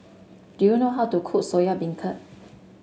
do you know how to cook Soya Beancurd